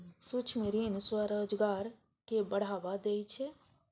सूक्ष्म ऋण स्वरोजगार कें बढ़ावा दै छै